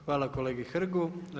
Hvala kolegi Hrgu.